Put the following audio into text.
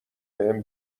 بهم